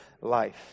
life